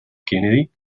kennedy